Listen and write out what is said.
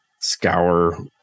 scour